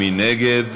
מי נגד?